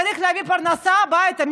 צריך להביא פרנסה הביתה.